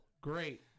great